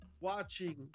watching